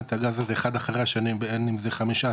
את הגראס הזה אחד אחרי השני בין אם זה חמישה,